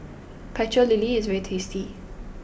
Pecel Lele is very tasty